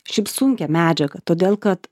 šiaip sunkią medžiagą todėl kad